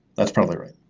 that's probably right.